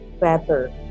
better